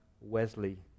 Wesley